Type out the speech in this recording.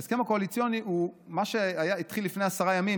ההסכם הקואליציוני הוא מה שהתחיל לפני עשרה ימים,